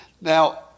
Now